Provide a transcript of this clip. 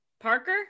parker